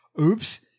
Oops